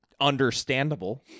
understandable